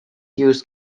used